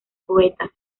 poetas